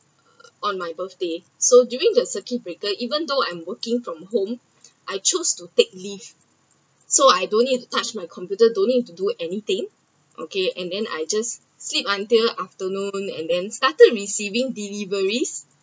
uh on my birthday so during the circuit breaker even though I’m working from home I choose to take leave so I don’t need to touch my computer don’t need to do anything okay and then I just sleep until afternoon and then started receiving deliveries